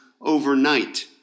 overnight